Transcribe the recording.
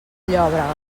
llòbrega